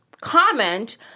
comment